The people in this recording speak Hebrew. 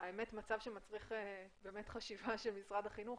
מצב שמצריך חשיבה של משרד החינוך,